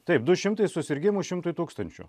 taip du šimtai susirgimų šimtui tūkstančių